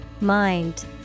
Mind